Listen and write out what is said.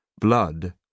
Blood